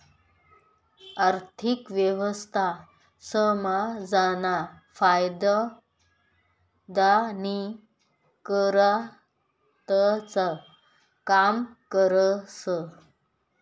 आर्थिक व्यवस्था समाजना फायदानी करताच काम करस